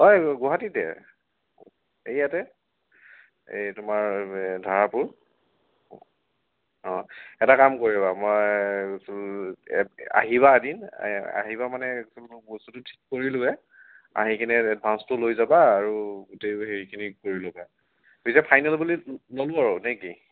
হয় গুৱাহাটীতে ইয়াতে এই তোমাৰ এই ধাৰাপুৰ এটা কাম কৰিবা মই আহিবা এদিন আহিবা মানে বস্তুটো ঠিক কৰিলোৱেই আহি কিনে এডভাঞ্চটো লৈ যাবা আৰু গোটেই হেৰি খিনি কৰি ল'বা পিছে ফাইনেল বুলি ল ল'লো আৰু নে কি